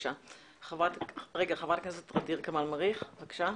ח"כ ע'דיר כמאל מריח בבקשה.